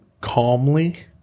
calmly